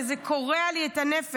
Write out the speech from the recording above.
וזה קורע לי את הנפש.